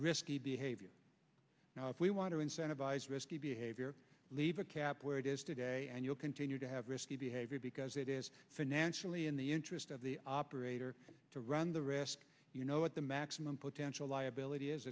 risky behavior now if we want to incentivize risky behavior leave a cap where it is today and you'll continue to have risky behavior because it is financially in the interest of the operator to run the risk you know what the maximum potential liability